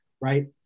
right